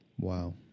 Wow